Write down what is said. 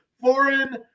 foreign